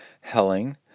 Helling